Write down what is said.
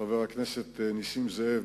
חבר הכנסת נסים זאב,